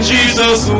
Jesus